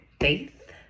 faith